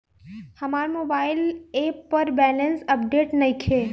हमार mobile app पर balance update नइखे